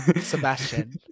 Sebastian